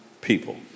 people